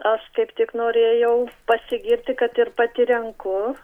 aš kaip tik norėjau pasigirti kad ir pati renku